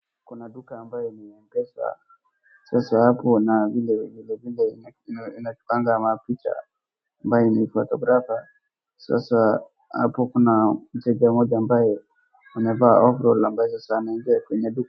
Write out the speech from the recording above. Kuna duka ambaye ni Mpesa. Sasa hapo na vile vile inachukuanga mapicha ambaye ni photographer . Sasa hapo kuna mteja mmoja ambaye anavaa overall ambazo sasa anaingia kwenye duka.